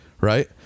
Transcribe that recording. Right